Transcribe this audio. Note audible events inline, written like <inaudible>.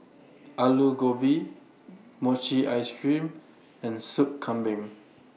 <noise> Aloo Gobi Mochi Ice Cream and Sup Kambing